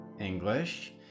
English